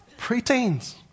Preteens